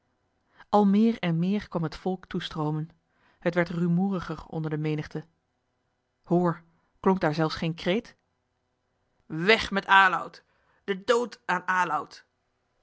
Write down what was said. al meer en meer kwam het volk toestroomen het werd rumoeriger onder de menigte hoor klonk daar zelfs geen kreet weg met aloud den dood aan